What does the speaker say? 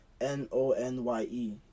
N-O-N-Y-E